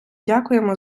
дякуємо